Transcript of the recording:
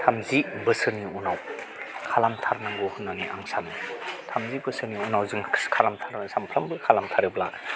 थामजि बोसोरनि उनाव खालामथारनांगौ होननानै आं सानो थामजि बोसोरनि उनाव जों खालामथारो सानफ्रामबो खालामथारोब्ला